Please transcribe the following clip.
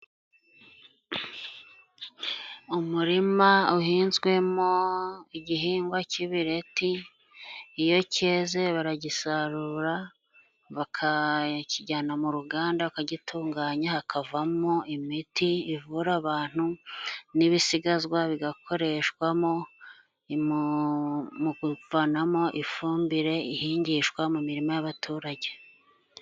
Umurima uhinzwemo igihingwa cy'ibireti iyo cyeze baragisarura bakakijyana mu ruganda bakagitunganya hakavanamo imiti ivura abantu n'ibisigazwa bigakoreshwamo mu kuvanamo ifumbire ihingishwa mu mirima y'abaturage.